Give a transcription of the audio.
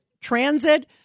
transit